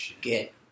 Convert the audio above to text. get